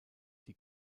die